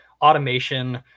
automation